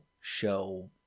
show